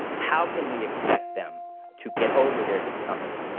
how can we expect them to get over their discomfort?